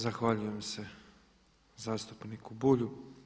Zahvaljujem se zastupniku Bulju.